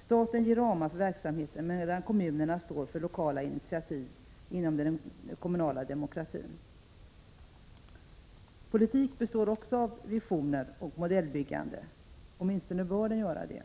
Staten ger ramar för verksamheten medan kommunerna står för lokala initiativ inom den kommunala demokratin. Politik består också av visioner och modellbyggande — åtminstone bör den göra det.